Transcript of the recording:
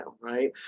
right